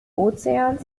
ozeans